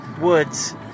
woods